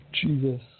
Jesus